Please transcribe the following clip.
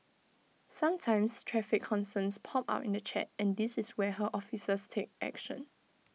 sometimes traffic concerns pop up in the chat and this is where her officers take action